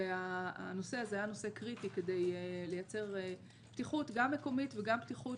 והנושא הזה היה נושא קריטי כדי לייצר פתיחות גם מקומית וגם פתיחות